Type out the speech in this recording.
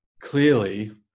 clearly